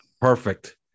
Perfect